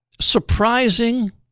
surprising